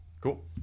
Cool